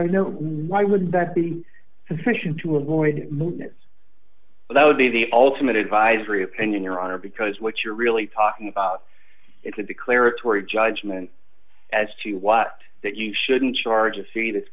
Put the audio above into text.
you know why would that be sufficient to avoid movements that would be the ultimate advisory opinion your honor because what you're really talking about it's a declaratory judgment as to what that you shouldn't charge a